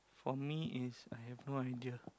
for me is I have no idea